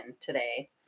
today